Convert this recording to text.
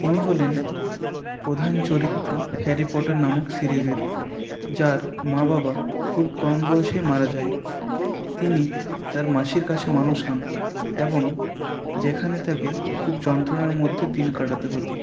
তিনি হলেন প্রধান চরিত্র হ্যারি পটার নামক সিরিজের যার মা বাবা খুব কম বয়সে মারা যায় তিনি তার মাসির কাছে মানুষ হন এবং যেখানে তাকে খুব যন্ত্রণার মধ্যে দিন কাটাতে হতো